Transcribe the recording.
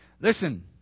Listen